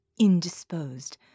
indisposed